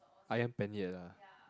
Ayam-Penyet ah